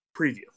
preview